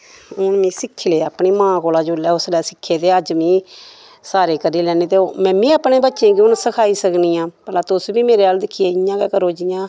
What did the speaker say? हून में सिक्खी लेई अपनी मां कोला जेल्लै ओल्लै सिक्खे ते अज्ज में सारे करी लैनी ते में मी अपने बच्चे गी हून सखाई सकनी आं भला तुस बी मेरे अल दिक्खियै इ'यां गै करो जि'यां